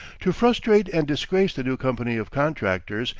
to frustrate and disgrace the new company of contractors,